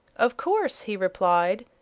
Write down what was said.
of course, he replied.